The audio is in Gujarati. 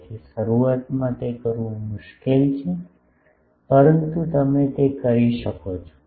તેથી શરૂઆતમાં તે કરવું મુશ્કેલ છે પરંતુ તમે તે કરી શકો છો